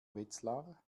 wetzlar